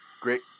Great